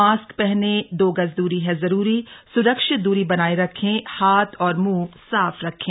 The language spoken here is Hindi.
मास्क पहने दो गज दूरी है जरूरी सुरक्षित दूरी बनाए रखें हाथ और मुंह साफ रखें